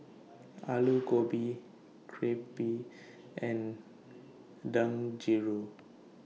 Alu Gobi Crepe and Dangojiru